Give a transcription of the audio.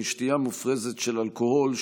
משתייה מופרזת של אלכוהול,